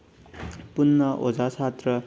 ꯄꯨꯟꯅ ꯑꯣꯖꯥ ꯁꯥꯇ꯭ꯔ